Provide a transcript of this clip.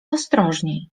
ostrożniej